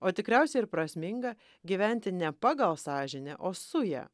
o tikriausiai ir prasminga gyventi ne pagal sąžinę o su ja